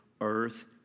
Earth